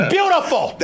Beautiful